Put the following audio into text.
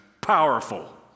powerful